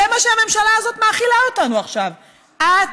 זה מה שהממשלה הזאת מאכילה אותנו עכשיו אט-אט,